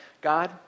God